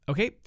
Okay